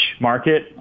market